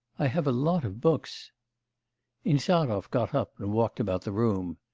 i have a lot of books insarov got up and walked about the room.